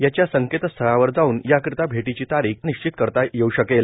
याच्या संकेतस्थळावर जाऊन याकरिता भेटीची तारीख जनतेला विश्चिती करता येऊ शकेल